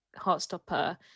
Heartstopper